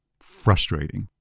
frustrating